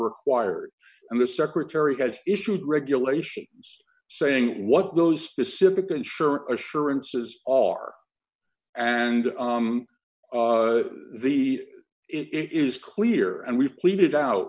required and the secretary has issued regulations saying what those specific unsure assurances are and the it is clear and we've pleaded out